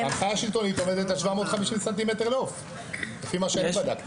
ההנחיה השלטונית עומדת על 750 ס"מ לעוף לפי מה שאני בדקתי.